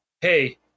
hey